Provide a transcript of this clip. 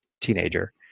teenager